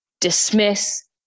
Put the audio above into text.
dismiss